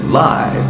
live